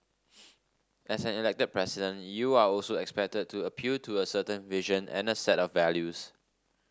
as an elected president you are also expected to appeal to a certain vision and the set of values